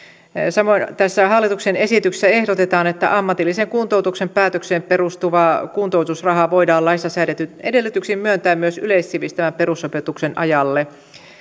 samoin tässä hallituksen esityksessä ehdotetaan että ammatillisen kuntoutuksen päätökseen perustuvaa kuntoutusrahaa voidaan laissa säädetyin edellytyksin myöntää myös yleissivistävän perusopetuksen ajalle